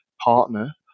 partner